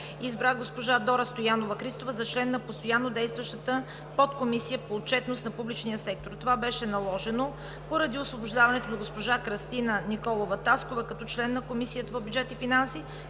избра госпожа Дора Стоянова Христова за член на постоянно действащата Подкомисия по отчетност на публичния сектор. Това беше наложено поради освобождаването на госпожа Кръстина Николова Таскова като член на Комисията по бюджет и финанси